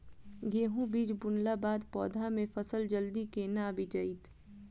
गेंहूँ बीज बुनला बाद पौधा मे फसल जल्दी केना आबि जाइत?